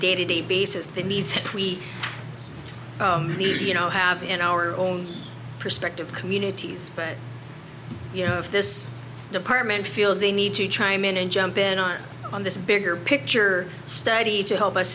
day to day basis these we believe you know have in our own perspective communities but you know if this department feels the need to chime in and jump in on on this bigger picture study to help us